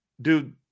dude